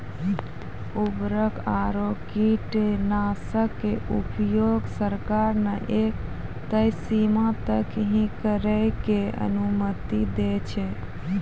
उर्वरक आरो कीटनाशक के उपयोग सरकार न एक तय सीमा तक हीं करै के अनुमति दै छै